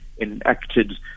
enacted